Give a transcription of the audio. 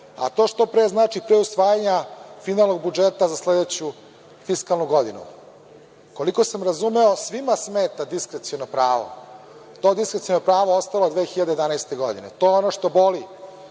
a to što pre znači pre usvajanja finalnog budžeta za sledeću fiskalnu godinu. Koliko sam razumeo svima smeta diskreciono pravo. To diskreciono pravo je ostalo 2011. godine, to je ono što boli